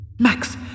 Max